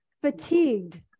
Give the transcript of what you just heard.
fatigued